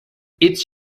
its